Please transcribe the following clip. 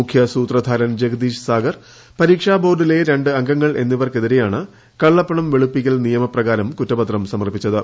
മുഖ്യ സൂത്രധാരൻ ജഗദീഷ് സാഗർ പരീക്ഷ ബോർഡിലെ രണ്ട് അംഗങ്ങൾ എന്നിവർക്കെതിരെയാണ് കള്ളപ്പണം വെളുപ്പിക്കൽ നിയമ പ്രകാരം കുറ്റപത്രം സമർപ്പിച്ചത്